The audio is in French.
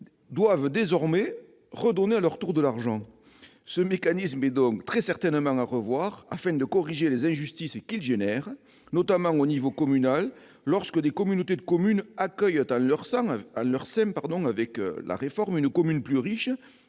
-doivent désormais reverser de l'argent ... Voilà ! Ce mécanisme est donc très certainement à revoir, afin de corriger les injustices qu'il provoque, notamment au niveau communal, lorsque des communautés de communes accueillent en leur sein une commune plus riche,